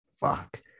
Fuck